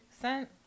cent